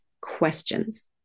questions